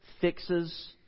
fixes